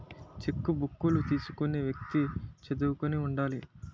చెక్కుబుక్కులు తీసుకునే వ్యక్తి చదువుకుని ఉండాలి